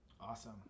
Awesome